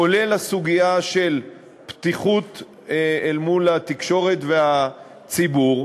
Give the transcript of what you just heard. כולל הסוגיה של פתיחות אל מול התקשורת והציבור,